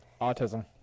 Autism